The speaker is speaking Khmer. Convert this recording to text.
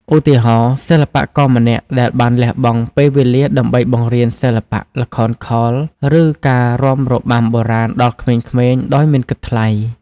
ឧទាហរណ៍ សិល្បករម្នាក់ដែលបានលះបង់ពេលវេលាដើម្បីបង្រៀនសិល្បៈល្ខោនខោល ឬការរាំរបាំបុរាណដល់ក្មេងៗដោយមិនគិតថ្លៃ។